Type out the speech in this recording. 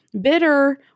bitter